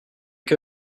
que